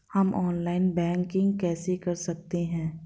हम online banking कैसे कर सकते हैं?